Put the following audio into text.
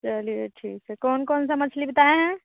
चलिए ठीक है कौन कौन सा मछली बताए हैं